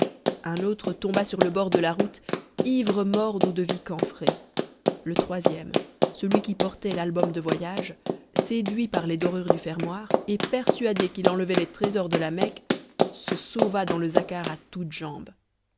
un autre tomba sur le bord de la route ivre mort d'eau-de-vie camphrée le troisième celui qui portait l'album de voyage séduit page par les dorures des fermoirs et persuadé qu'il enlevait les trésors de la mecque se sauva dans le zaccar à toutes jambes